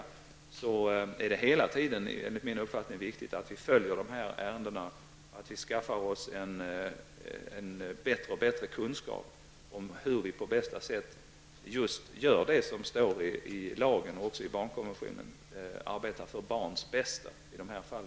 Dessa ärenden är så svåra att det hela tiden är viktigt att följa dessa ärenden och att vi skaffar oss bättre och bättre kunskaper om hur vi på bästa sätt tillämpar lagen och barnkonventionen, dvs. arbetar för barns bästa även i sådana här fall.